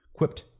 quipped